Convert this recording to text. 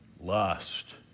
lust